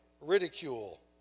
ridicule